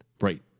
Right